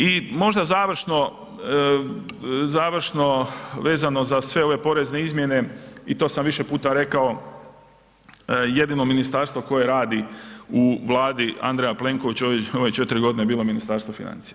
I možda završno, završno vezano za sve ove porezne izmjene i to sam više puta rekao, jedino ministarstvo koje radi u Vladi Andreja Plenkovića u ove 4 godine je bilo Ministarstvo financija.